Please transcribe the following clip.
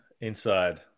inside